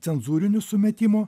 cenzūrinių sumetimų